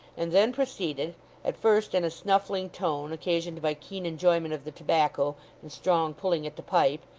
and then proceeded at first in a snuffling tone, occasioned by keen enjoyment of the tobacco and strong pulling at the pipe,